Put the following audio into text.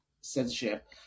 censorship